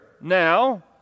now